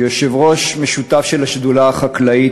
כיושב-ראש שותף של השדולה החקלאית,